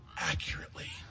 accurately